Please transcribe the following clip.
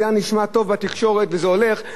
זה היה נשמע טוב בתקשורת וזה הולך,